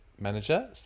manager